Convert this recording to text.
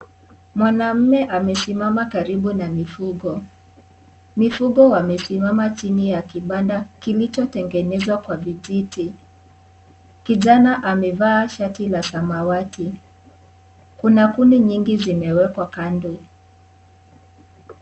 Mwanaume amesimama karibu na mifugo. Mifugo wamesimama chini ya kibanda kilichotengwnezwa kwa vijiti. Kijana amevaa shati la samawati, kuna kuni nyingi zimewekwa Kando.